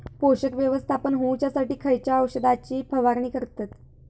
पोषक व्यवस्थापन होऊच्यासाठी खयच्या औषधाची फवारणी करतत?